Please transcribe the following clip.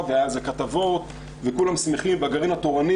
והיו על זה כתבות וכולם שמחים בגרעין התורני